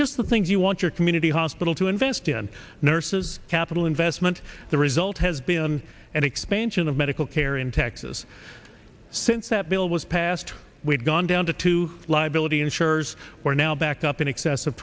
just the things you want your community hospital to invest in nurses capital investment the result has been an expansion of medical care in texas since that bill was passed we've gone down to two liability insurers are now back up in excess of